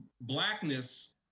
blackness